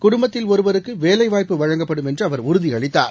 குடும்பத்தில் ஒருவருக்குவேலைவாய்ப்பு வழங்கப்படும் என்றுஅவர் உறுதியளித்தார்